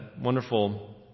wonderful